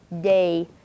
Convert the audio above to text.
day